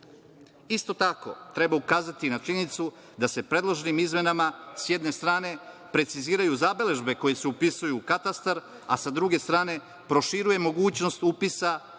tako, treba ukazati i na činjenicu da se predloženim izmenama s jedne strane preciziraju zabeležbe koje se upisuju u katastar, a sa druge strane proširuje mogućnost upisa i brisanja